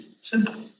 simple